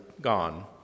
gone